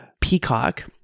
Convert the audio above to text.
Peacock